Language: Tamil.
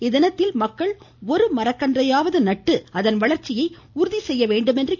இத்தினத்தில் மக்கள் ஒரு மரக்கன்றையாவது நட்டு அதன் வளர்ச்சியை உறுதி செய்ய வேண்டுமென்றார்